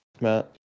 Matt